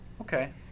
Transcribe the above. okay